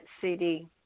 CD